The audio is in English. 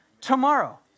tomorrow